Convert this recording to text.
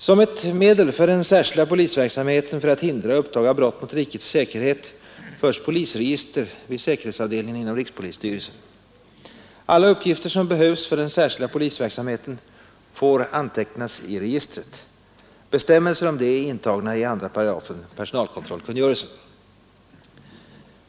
Som ett medel för den särskilda polisverksamheten för att hindra och uppdaga brott mot rikets säkerhet m.m. förs polisregister vid säkerhetsavdelningen inom rikspolisstyrelsen. Alla uppgifter som behövs för den särskilda polisverksamheten får antecknas i registret. Bestämmelser härom är intagna i 2 § personalkontrollkungörelsen.